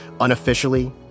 unofficially